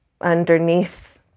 underneath